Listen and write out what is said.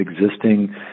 existing